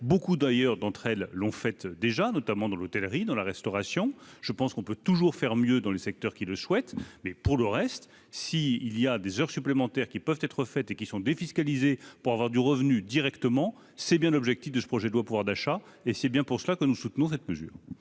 beaucoup d'ailleurs d'entre elles l'ont fait déjà, notamment dans l'hôtellerie, dans la restauration, je pense qu'on peut toujours faire mieux dans le secteur qui le souhaitent, mais pour le reste, si il y a des heures supplémentaires qui peuvent être faites et qui sont défiscalisés pour avoir du revenu directement, c'est bien l'objectif de ce projet de loi, pouvoir d'achat, et c'est bien pour cela que nous soutenons cette mesure